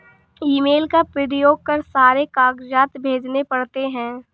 email का प्रयोग कर सारे कागजात भेजने पड़ते हैं